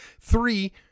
three